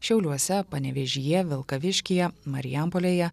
šiauliuose panevėžyje vilkaviškyje marijampolėje